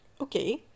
Okay